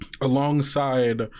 alongside